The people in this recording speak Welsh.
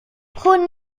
hwn